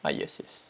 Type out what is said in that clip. ah yes yes